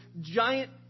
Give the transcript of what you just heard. giant